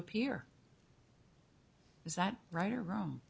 appear is that right or wrong